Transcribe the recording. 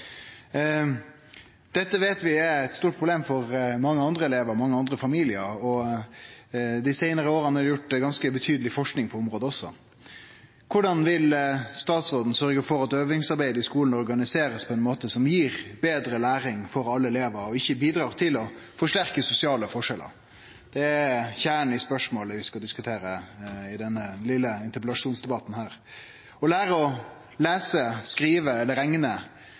Dette veit vi er eit stort problem for mange andre elevar og for mange andre familiar. Dei seinare åra er det også gjort ganske betydeleg forsking på området. Korleis vil statsråden sørgje for at øvingsarbeidet i skulen blir organisert på ein måte som gir betre læring for alle elevar, og ikkje bidrar til å forsterke sosiale forskjellar? Det er kjernen i spørsmålet vi skal diskutere i denne vesle interpellasjonsdebatten. Å lære å lese, skrive eller rekne